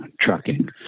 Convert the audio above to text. trucking